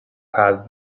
had